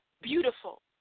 beautiful